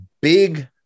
big